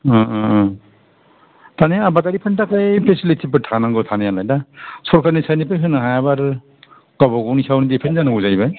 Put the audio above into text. थानाया आबादारि फोरनि थाखाय फिसिलिटिफोर थांनांगौ थानायालाय सरखारनि साइथनिफ्राय होनो हायाबा आरो गावबा गावनि सायावनो दिफेन जानांगौ जाहैबाय